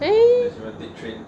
then